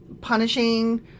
punishing